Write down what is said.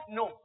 no